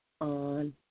on